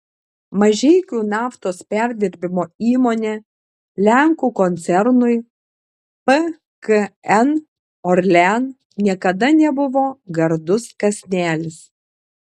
mažeikių naftos perdirbimo įmonė lenkų koncernui pkn orlen niekada nebuvo gardus kąsnelis